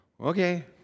Okay